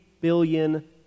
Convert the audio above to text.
billion